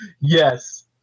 Yes